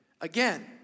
again